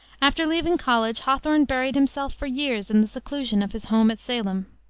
after leaving college hawthorne buried himself for years in the seclusion of his home at salem.